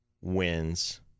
wins